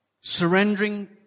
Surrendering